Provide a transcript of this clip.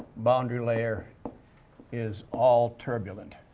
boundary layer is all turbulent